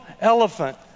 elephant